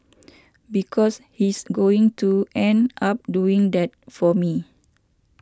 because he's going to end up doing that for me